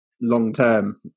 long-term